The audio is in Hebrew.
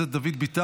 נמנעים.